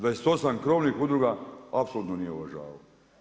28 krovnih udruga apsolutno nije uvažavao.